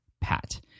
Pat